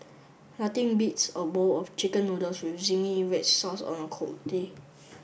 nothing beats a bowl of chicken noodles with zingy red sauce on a cold day